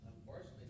Unfortunately